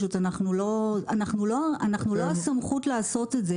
אנחנו לא הסמכות לעשות את זה.